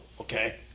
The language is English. Okay